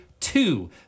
Two